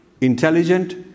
intelligent